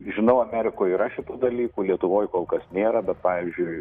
žinau amerikoj yra šitų dalykų lietuvoj kol kas nėra bet pavyzdžiui